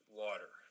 water